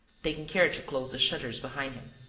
taking care to close the shutters behind him.